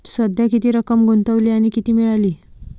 सध्या किती रक्कम गुंतवली आणि किती मिळाली